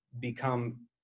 become